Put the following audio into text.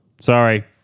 Sorry